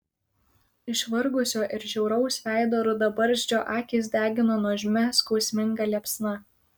išvargusio ir žiauraus veido rudabarzdžio akys degino nuožmia skausminga liepsna